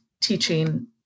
teaching